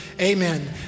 amen